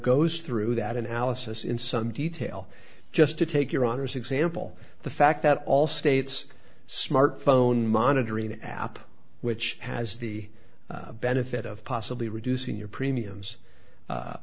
goes through that analysis in some detail just to take your honour's example the fact that all states smartphone monitoring app which has the benefit of possibly reducing your premiums